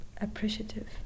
appreciative